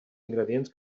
ingredients